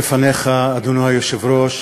היושב-ראש,